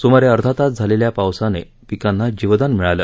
सुमारे अर्धातास झालेल्या पावसाने पिकांना जिवदान मिळाले